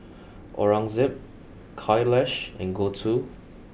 Aurangzeb Kailash and Gouthu